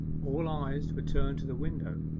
all eyes were turned to the window,